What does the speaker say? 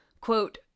quote